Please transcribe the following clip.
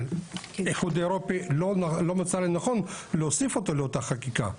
אבל איחוד אירופי לא מצא לנכון להוסיף אותה לאותה חקיקה.